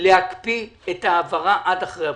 להקפיא את ההעברה עד אחרי הבחירות.